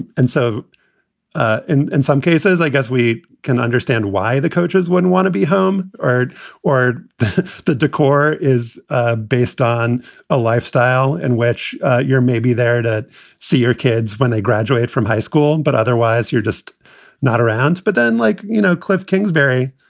and so ah in and some cases, i guess we can understand why the coaches wouldn't want to be home or or the the decor is ah based on a lifestyle in which you're maybe there to see your kids when they graduate from high school, but otherwise you're just not around but then, like, you know, kliff kingsbury,